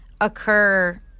occur